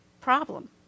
problem